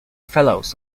fellows